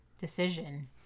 decision